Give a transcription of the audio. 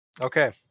Okay